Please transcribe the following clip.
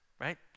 right